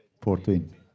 Fourteen